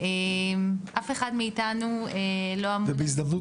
אף אחד מאיתנו לא אמור --- בהזדמנות